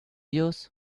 yours